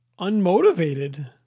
unmotivated